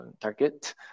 target